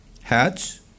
hats